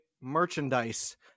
merchandise